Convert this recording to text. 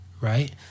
Right